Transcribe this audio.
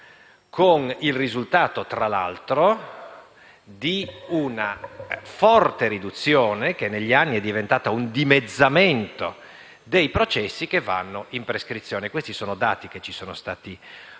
con il risultato, tra l'altro, di una forte riduzione - che, negli anni, è diventata un dimezzamento - dei processi che cadono in prescrizione. Mi sto rifacendo a dati che ci sono stati forniti